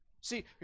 See